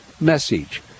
message